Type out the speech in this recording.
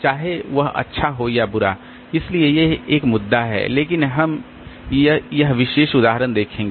चाहे वह अच्छा हो या बुरा इसलिए यह एक मुद्दा है लेकिन हम यह विशेष उदाहरण देखेंगे